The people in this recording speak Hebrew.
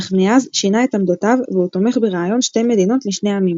אך מאז שינה את עמדותיו והוא תומך ברעיון שתי מדינות לשני עמים.